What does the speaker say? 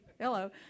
hello